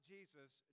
Jesus